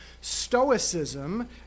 Stoicism